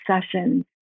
sessions